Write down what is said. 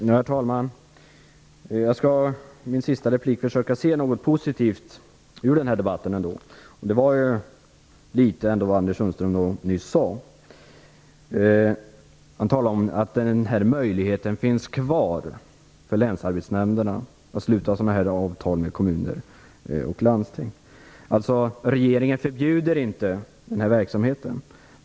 Herr talman! Jag skall i mitt sista inlägg ändå försöka att se något positivt i den här debatten. Det fanns litet positivt i det som Anders Sundström nyss sade. Han talade om att möjligheten finns kvar för länsarbetsnämnderna att sluta avtal med kommuner och landsting, dvs. regeringen förbjuder inte den verksamheten.